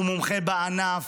הוא מומחה בענף,